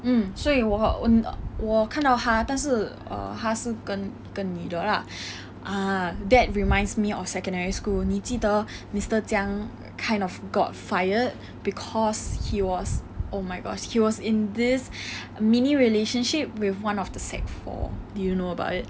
mm 所以我 mm 我看到他但是 err 他是跟跟女的 lah ah that reminds me of secondary school 你记得 mister jiang kind of got fired because he was oh my gosh he was in this mini relationship with one of the sec four do you know about it